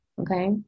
okay